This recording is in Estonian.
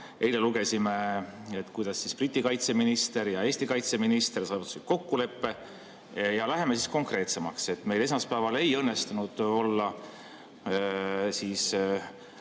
Eile lugesime, kuidas Briti kaitseminister ja Eesti kaitseminister saavutasid kokkuleppe. Ja läheme siis konkreetsemaks. Meil esmaspäeval ei õnnestunud olla